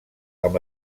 amb